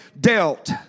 dealt